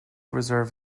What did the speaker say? reserve